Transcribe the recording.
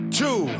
two